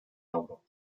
avro